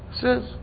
Says